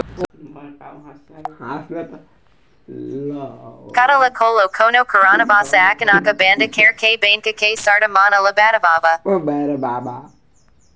खाता ला खोले अऊ कोनो कारनवश अचानक बंद करे के, बैंक के शर्त मन ला बतावव